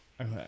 Okay